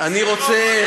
שאלת את שמרון מי הטיס,